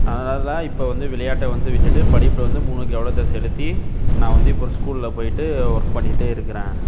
அதனால் தான் இப்போது வந்து விளையாட்டை வந்து விட்டுட்டு படிப்பில் வந்து முழு கவனத்தை செலுத்தி நான் வந்து இப்போ ஒரு ஸ்கூலில் போயிட்டு ஒர்க் பண்ணிகிட்டு இருக்கிறேன்